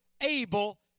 able